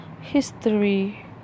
history